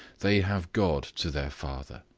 they have god to their father,